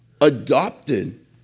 adopted